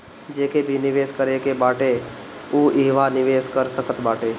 जेके भी निवेश करे के बाटे उ इहवा निवेश कर सकत बाटे